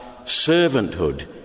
servanthood